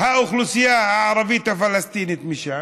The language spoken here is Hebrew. האוכלוסייה הערבית-הפלסטינית שם.